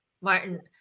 Martin